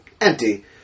empty